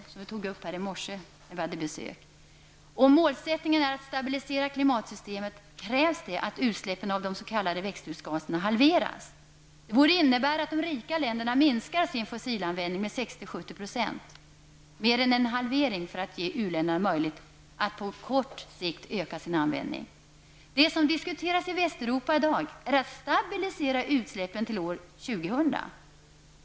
Den nämndes här i morse, när vi hade besök. ''Om målsättningen är att stabilisera klimatsystemet, krävs att utsläppen av de s.k. växthusgaserna halveras. Det borde innebära att de rika länderna minskar sin fossilanvändning med 60--70 procent . Det som diskuteras i Västeuropa i dag, är att stabilisera utsläppen till år 2000.